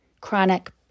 chronic